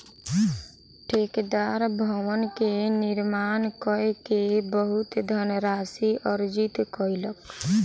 ठेकेदार भवन के निर्माण कय के बहुत धनराशि अर्जित कयलक